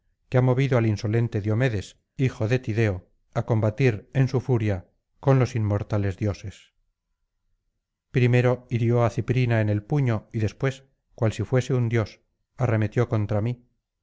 que ha movido al insolente diomedes hijo de tideo á combatir en su furia con los inmortales dioses primero hirió á ciprina en el puño y después cual si fuese un dios arremetió contra mí